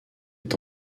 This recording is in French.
est